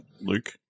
Luke